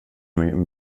min